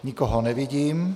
Nikoho nevidím.